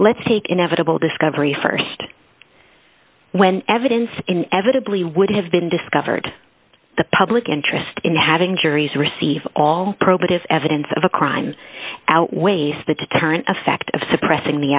let's take inevitable discovery st when evidence inevitably would have been discovered the public interest in having juries receive all probative evidence of a crime outweighs the deterrent effect of suppressing the